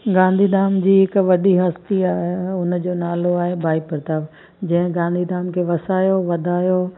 गांधीधाम जी हिकु वॾी हस्ती आहे उन जो नालो आहे भाई प्रताप जंहिं गांधीधाम खे वसायो वधायो